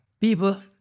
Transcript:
People